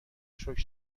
شکر